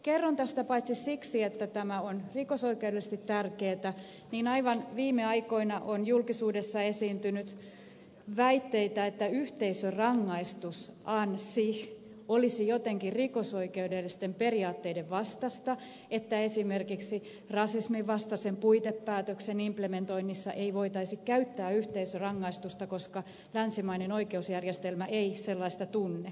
kerron tästä paitsi siksi että tämä on rikosoikeudellisesti tärkeätä myös siksi että aivan viime aikoina on julkisuudessa esiintynyt väitteitä että yhteisörangaistus an sich olisi jotenkin rikosoikeudellisten periaatteiden vastaista että esimerkiksi rasisminvastaisen puitepäätöksen implementoinnissa ei voitaisi käyttää yhteisörangaistusta koska länsimainen oikeusjärjestelmä ei sellaista tunne